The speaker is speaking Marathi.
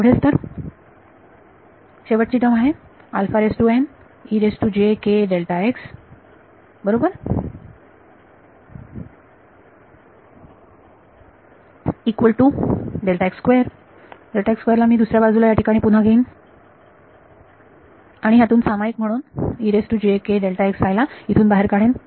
एवढेच तर शेवटची टर्म आहे बरोबर इक्वल टू ला मी दुसऱ्या बाजूला या ठिकाणी पुन्हा घेईन आणि हातून सामायिक म्हणून ला इथून बाहेर काढेन